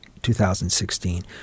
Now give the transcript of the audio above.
2016